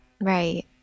right